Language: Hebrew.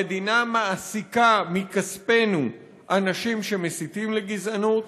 המדינה מעסיקה מכספנו אנשים שמסיתים לגזענות.